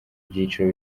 byiciro